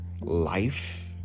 life